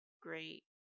great